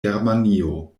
germanio